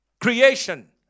Creation